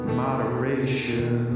moderation